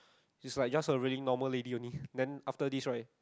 she is like just a really normal lady only then after this right